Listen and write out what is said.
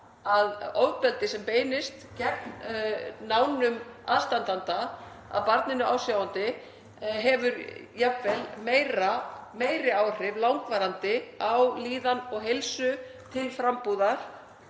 að ofbeldi sem beinist gegn nánum aðstandanda að barninu ásjáandi hefur jafnvel meiri áhrif og langvarandi á líðan og heilsu til frambúðar